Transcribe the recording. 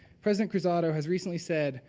president cruzado has recently said,